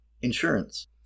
insurance